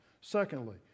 Secondly